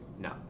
No